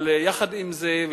יחד עם זה,